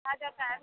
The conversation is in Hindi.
आ जाता है